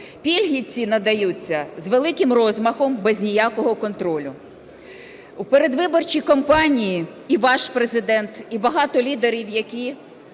Пільги ці надаються з великим розмахом, без ніякого контролю. В передвиборчій кампанії і ваш Президент, і багато лідерів, які